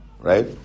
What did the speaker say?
right